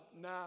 now